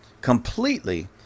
completely